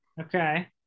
Okay